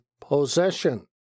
possession